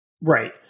Right